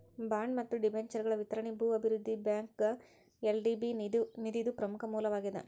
bond ಮತ್ತ ಡಿಬೆಂಚರ್ಗಳ ವಿತರಣಿ ಭೂ ಅಭಿವೃದ್ಧಿ ಬ್ಯಾಂಕ್ಗ ಎಲ್.ಡಿ.ಬಿ ನಿಧಿದು ಪ್ರಮುಖ ಮೂಲವಾಗೇದ